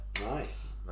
nice